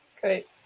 Great